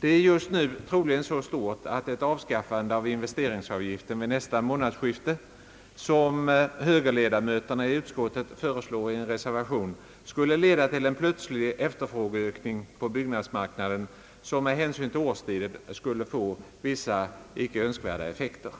Detta är just nu troligen så stort att ett avskaffande av investeringsavgiften vid nästa månadsskifte — som högerledamöterna i utskottet i en reservation föreslår — skulle leda till en plötslig efterfrågeökning på byggnadsmarknaden vilken med hänsyn till årstiden skulle få vissa icke önskvärda effekter.